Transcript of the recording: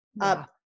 up